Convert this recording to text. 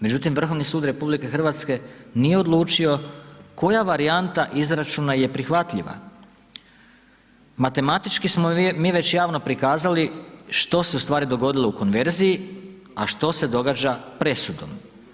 Međutim, Vrhovni sud RH nije odlučio koja varijanta izračuna je prihvatljiva, matematički smo mi već javno prikazali što se u stvari dogodilo u konverziji, a što se događa presudom.